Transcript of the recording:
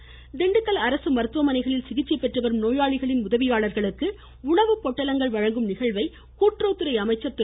பெரியசாமி திண்டுக்கல் அரசு மருத்துவமனைகளில் சிகிச்சைபெற்றுவரும் நோயாளிகளின் உதவியாளர்களுக்கு உணவுப் பொட்டலங்கள் வழங்கும் நிகழ்வை கூட்டுறவுத்துறை அமைச்சர் திரு